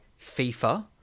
FIFA